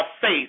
faith